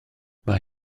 mae